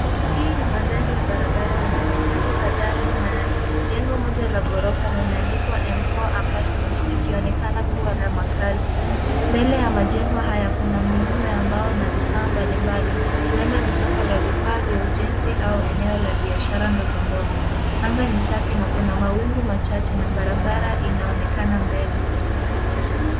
Hii ni mandhari ya barabara yenye majengo kadhaa nyuma yake. Jengo moja la ghorofa limeandikwa M4 Apartment likionekana kuwa la makazi. Mbele ya majengo haya kuna miundo ya mbao na vifaa mbali mbali. Huenda ni soko la vifaa vya ujenzi au eneo la biashara ndogo ndogo. Anga ni safi na kuna mawingu machache na barabara inaonekana mbele.